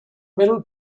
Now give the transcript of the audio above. middle